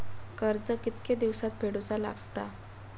कर्ज कितके दिवसात फेडूचा लागता?